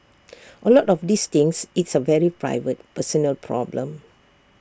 A lot of these things it's A very private personal problem